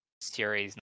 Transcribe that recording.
series